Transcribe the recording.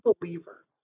believer